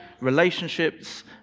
relationships